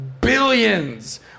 billions